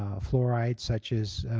um fluoride such as